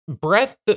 Breath